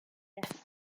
death